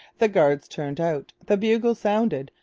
the guards turned out. the bugles sounded.